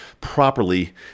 properly